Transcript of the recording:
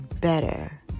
better